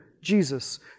Jesus